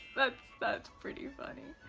that's pretty funny.